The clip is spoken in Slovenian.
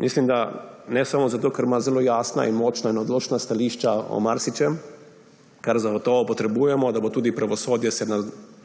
Mislim, da ne samo zato, ker ima zelo jasna in močna in odločna stališča o marsičem, kar zagotovo potrebujemo, da se bo tudi pravosodje